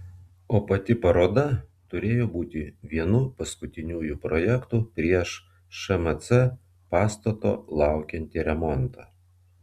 o pati paroda turėjo būti vienu paskutiniųjų projektų prieš šmc pastato laukiantį remontą